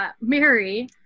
Mary